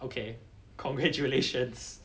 okay congratulations